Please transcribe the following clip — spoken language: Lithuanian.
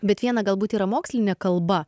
bet viena galbūt yra mokslinė kalba